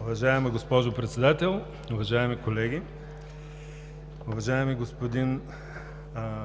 Уважаема госпожо Председател, уважаеми колеги! Уважаеми господин